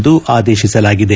ಎಂದು ಆದೇಶಿಸಲಾಗಿದೆ